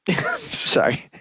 Sorry